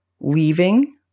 leaving